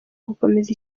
gukomeza